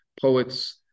poets